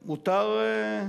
מותר?